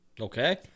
Okay